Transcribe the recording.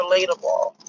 relatable